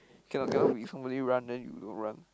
cannot cannot be somebody run then you don't run